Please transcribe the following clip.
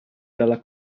dalla